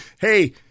Hey